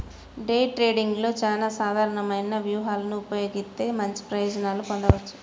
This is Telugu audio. డే ట్రేడింగ్లో చానా అసాధారణమైన వ్యూహాలను ఉపయోగిత్తే మంచి ప్రయోజనాలను పొందొచ్చు